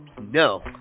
No